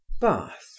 Bath